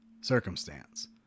circumstance